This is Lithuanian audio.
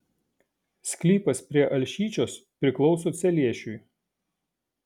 sklypas prie alšyčios priklauso celiešiui